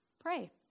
pray